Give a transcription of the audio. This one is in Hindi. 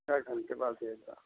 एक घंटे बाद भेज रहा